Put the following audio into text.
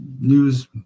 news